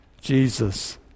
Jesus